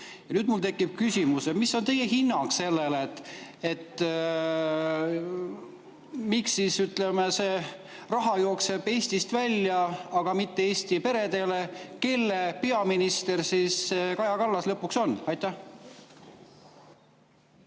nüüd mul tekib küsimus, mis on teie hinnang sellele, miks see raha jookseb Eestist välja, aga mitte Eesti peredele? Kelle peaminister siis Kaja Kallas lõpuks on? Jah,